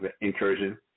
incursion